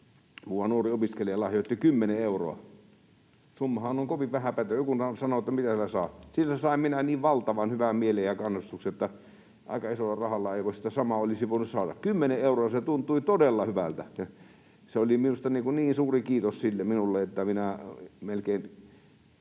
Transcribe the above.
muuan nuori opiskelija lahjoitti kymmenen euroa. Summahan on kovin vähäpätöinen. Joku sanoo, että mitä sillä saa. Sillä sain minä niin valtavan hyvän mielen ja kannustuksen, että aika isolla rahalla ei sitä samaa olisi voinut saada. Kymmenen euroa, se tuntui todella hyvältä. Se oli minusta niin suuri kiitos sille, minulle, että minä voimaa